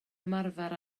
ymarfer